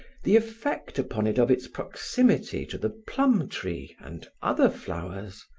the effect upon it of its proximity to the plum-tree and other flowers,